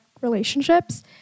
relationships